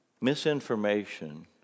Misinformation